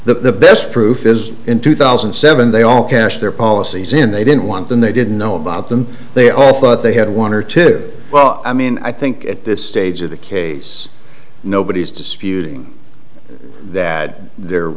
the best proof is in two thousand and seven they all cashed their policies in they didn't want them they didn't know about them they all thought they had one or two well i mean i think at this stage of the case nobody's disputing that there